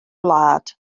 wlad